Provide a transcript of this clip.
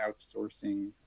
outsourcing